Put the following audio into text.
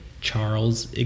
charles